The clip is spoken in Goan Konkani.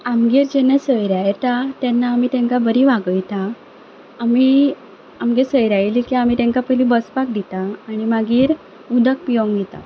आमगेर जेन्ना सयऱ्या येतात तेन्ना आमी तांकां बरी वागयतात आमी आमगेर सयऱ्या येयलीं काय पयलीं तेंका बसपाक दितात आनी मागीर उदक पियोंक दितात